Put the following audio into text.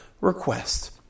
request